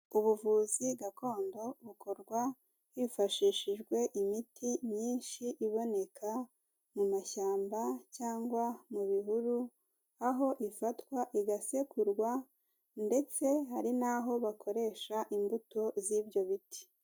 Ubuvuzi gakondo bukorwa hifashishijwe imiti myinshi iboneka mu mashyamba cyangwa mu bihuru, aho ifatwa igasekurwa ndetse hari n'aho bakoresha imbuto z'ibyo biti.